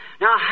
now